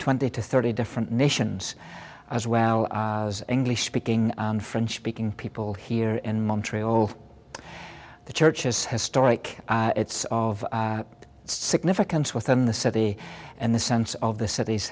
twenty to thirty different nations as well as english speaking and french speaking people here in montreal the church is historic it's of significance within the city and the sense of the cit